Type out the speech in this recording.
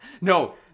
No